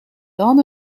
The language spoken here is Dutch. dan